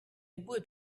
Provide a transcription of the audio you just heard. would